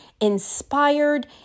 inspired